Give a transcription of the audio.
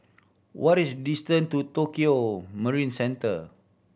what is distance to Tokio Marine Centre